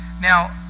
Now